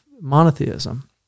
monotheism